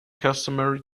customary